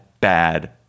bad